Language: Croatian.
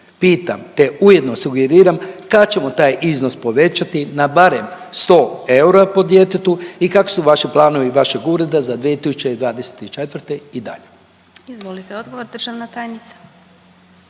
pitam te ujedno sugeriram, kad ćemo taj iznos povećati na barem 100 eura po djetetu i kakvi su vaši planovi vašeg ureda za 2024. i dalje. **Glasovac, Sabina